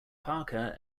parker